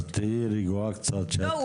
אז תהיי רגועה קצת -- לא,